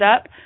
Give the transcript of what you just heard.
up